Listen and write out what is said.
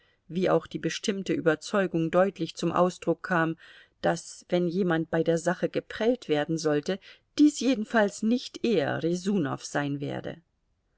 wie auch die bestimmte überzeugung deutlich zum ausdruck kam daß wenn jemand bei der sache geprellt werden sollte dies jedenfalls nicht er rjesunow sein werde